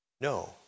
No